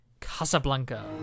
Casablanca